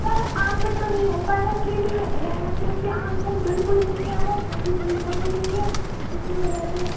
سر آم میں تو نہیں ہو پائے گا کیلے میں ہو جائے گا کیونکہ آم سر بالکل بھی نہیں آ رہا ہے کیونکہ سیجن بھی نہیں ہے اسی وجہ سے